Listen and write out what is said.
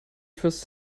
first